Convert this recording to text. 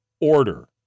order